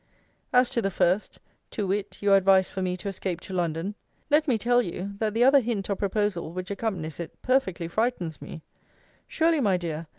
as to the first to wit, your advice for me to escape to london let me tell you, that the other hint or proposal which accompanies it perfectly frightens me surely, my dear,